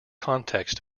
context